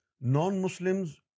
non-Muslims